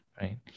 right